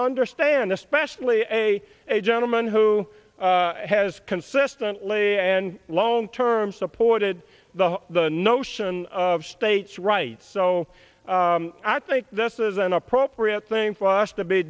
understand especially a a gentleman who has consistently and long term supported the the notion of states rights so i think this is an appropriate thing for us to be